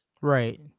Right